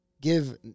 give